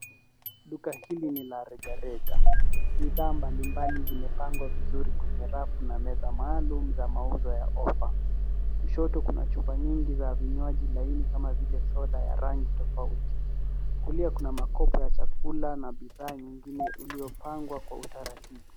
Duka hili ni la rejareja. Bidhaa mbali mbali vimepangwa vizuri kwenye rafu na meza maalumu za mauzo ya ofa. Kushoto kuna chupa nyingi za vinywaji laini ,kama vile, soda ya rangi tofauti. Kulia kuna makopo ya chakula na bidhaa nyingine, uliopangwa kwa utaratibu.